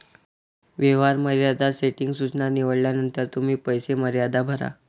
व्यवहार मर्यादा सेटिंग सूचना निवडल्यानंतर तुम्ही पैसे मर्यादा भरा